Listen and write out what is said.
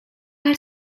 eye